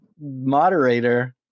moderator